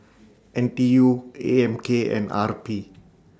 N T U A M K and R P